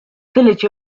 village